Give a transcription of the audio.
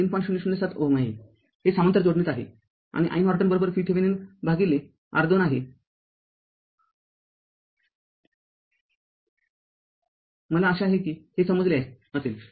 ००७ Ω आहे हे समांतर जोडणीत आहे आणि iNorton VThevenin भागिले R२आहे मला आशा आहे की हे समजले असेल